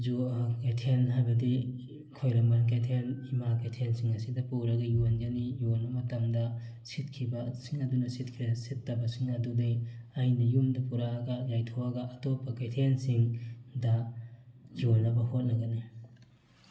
ꯌꯣ ꯀꯩꯊꯦꯜ ꯍꯥꯏꯕꯗꯤ ꯈ꯭ꯋꯥꯏꯔꯝꯕꯟ ꯀꯩꯊꯦꯜ ꯏꯃꯥ ꯀꯩꯊꯦꯜꯁꯤꯡ ꯑꯁꯤꯗ ꯄꯨꯔꯒ ꯌꯣꯟꯒꯅꯤ ꯌꯣꯟꯕ ꯃꯇꯝꯗ ꯁꯤꯠꯈꯤꯕꯁꯤꯡ ꯑꯗꯨꯅ ꯁꯤꯠꯈ꯭ꯔꯦ ꯁꯤꯠꯇꯕꯁꯤꯡ ꯑꯗꯨꯗꯤ ꯑꯩꯅ ꯌꯨꯝꯗ ꯄꯨꯔꯛꯑꯒ ꯌꯥꯏꯊꯣꯛꯑꯒ ꯑꯇꯣꯞꯄ ꯀꯩꯊꯦꯜꯁꯤꯡꯗ ꯌꯣꯟꯅꯕ ꯍꯣꯠꯅꯒꯅꯤ